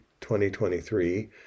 2023